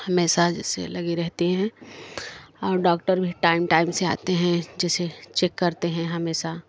हमेसा जैसे लगी रहती हैं और डॉक्टर भी टाइम टाइम से आते हैं जैसे चेक करते हैं हमेसा